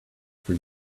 for